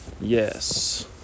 yes